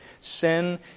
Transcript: sin